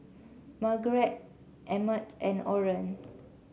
Margeret Emmett and Orren